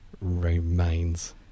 remains